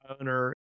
owner